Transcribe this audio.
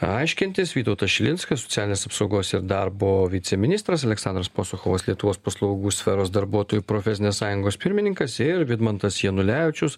aiškintis vytautas šilinskas socialinės apsaugos ir darbo viceministras aleksandras posochovas lietuvos paslaugų sferos darbuotojų profesinės sąjungos pirmininkas ir vidmantas janulevičius